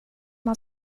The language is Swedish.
man